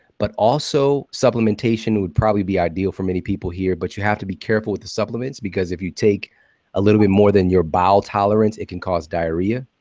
but also, supplementation would probably be ideal for many people here. but you have to be careful with the supplements. if you take a little bit more than your bowel tolerance, it can cause diarrhea,